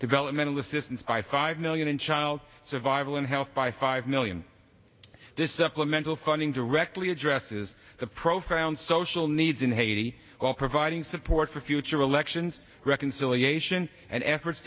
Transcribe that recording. developmental assistance by five million in child survival and health by five million this supplemental funding directly addresses the profound social needs in haiti all providing support for future elections reconciliation and efforts